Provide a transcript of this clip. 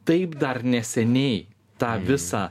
taip dar neseniai tą visą